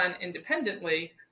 independently